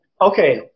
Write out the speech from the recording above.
okay